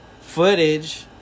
footage